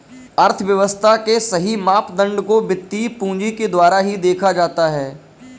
अर्थव्यव्स्था के सही मापदंड को वित्तीय पूंजी के द्वारा ही देखा जाता है